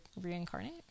reincarnate